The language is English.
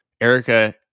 Erica